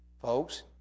Folks